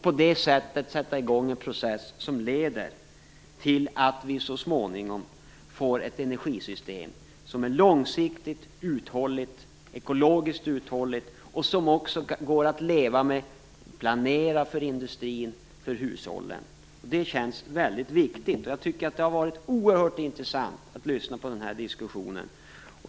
På det sättet sätter vi i gång en process som leder till att vi så småningom får ett energisystem som är långsiktigt uthålligt, ekologiskt uthålligt och det också går att leva med, planera för industrin och för hushållen. Det känns väldigt viktigt. Jag tycker att det var oerhört intressant att lyssna på den här diskussionen.